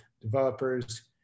developers